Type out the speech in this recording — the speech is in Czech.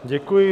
Děkuji.